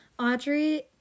Audrey